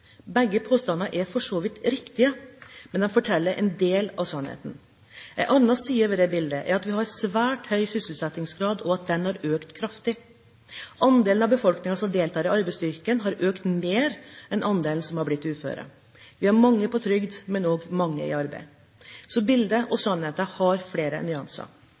Begge påstandene er for så vidt riktige, men de forteller bare en del av sannheten. En annen side ved dette bildet er at vi har en svært høy sysselsettingsgrad, og at den har økt kraftig. Andelen av befolkningen som deltar i arbeidsstyrken, har økt mer enn andelen uføre. Vi har mange på trygd, men også mange i arbeid, så bildet og sannheten har flere nyanser.